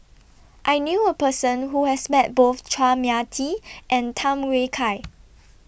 I knew A Person Who has Met Both Chua Mia Tee and Tham Yui Kai